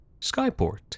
skyport